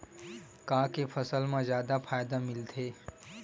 का के फसल मा जादा फ़ायदा मिलथे?